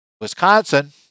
Wisconsin